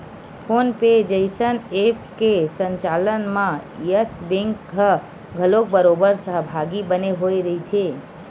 phone पे जइसन app के संचालन म यस बेंक ह घलोक बरोबर सहभागी बने होय रहिथे